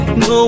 no